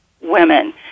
women